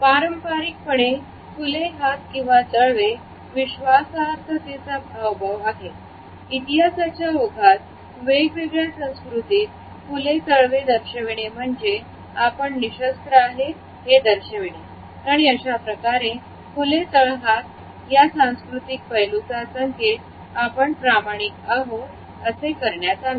पारंपारिक पणे खुले हात किंवा तळवे विश्वासार्हतेचा हावभाव आहे इतिहासाच्या ओघात वेगवेगळ्या संस्कृतीत खुले तळवे दर्शविणे म्हणजे आपण निशस्त्र आहे हे दर्शविणे आणि अशाप्रकारे खुले तळहात या सांस्कृतिक पैलुचा संकेत आपण प्रामाणिक आहो असे करण्यात आला